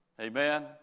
Amen